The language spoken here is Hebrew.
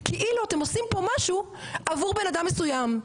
כאילו אתם עושים פה משהו עבור בן אדם מסוים,